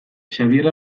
xabier